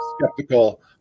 skeptical